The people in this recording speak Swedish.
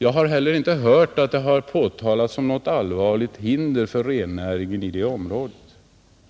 Jag har heller inte hört att den har påtalats som något allvarligt hinder för renskötseln i området.